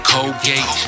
Colgate